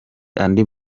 andi